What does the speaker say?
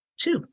two